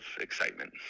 excitement